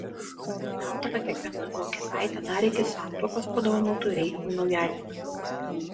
pageidauta kad kiekviena vokietaitė dar iki santuokos padovanotų reichui naujagimį